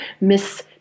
Miss